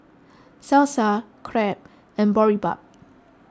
Salsa Crepe and Boribap